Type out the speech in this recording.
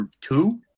two